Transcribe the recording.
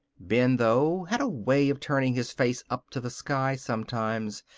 ben, though, had a way of turning his face up to the sky sometimes,